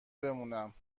بمونم